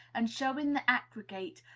and show in the aggregate,